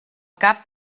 cap